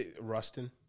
Rustin